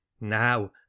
now